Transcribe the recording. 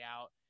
out